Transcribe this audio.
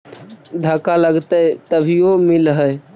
धक्का लगतय तभीयो मिल है?